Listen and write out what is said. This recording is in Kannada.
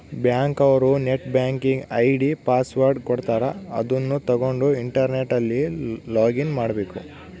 ಬ್ಯಾಂಕ್ ಅವ್ರು ನೆಟ್ ಬ್ಯಾಂಕಿಂಗ್ ಐ.ಡಿ ಪಾಸ್ವರ್ಡ್ ಕೊಡ್ತಾರ ಅದುನ್ನ ತಗೊಂಡ್ ಇಂಟರ್ನೆಟ್ ಅಲ್ಲಿ ಲೊಗಿನ್ ಮಾಡ್ಕಬೇಕು